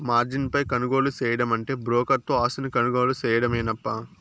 margin పై కొనుగోలు సేయడమంటే బ్రోకర్ తో ఆస్తిని కొనుగోలు సేయడమేనప్పా